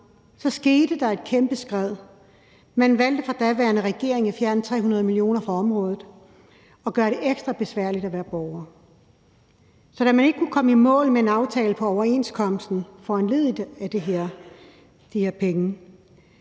skete der et kæmpe skred, for man valgte fra daværende regerings side at fjerne 300 mio. kr. fra området og gøre det ekstra besværligt at være borger. Så da man ikke kunne komme i mål med en aftale på overenskomsten foranlediget af de her penge,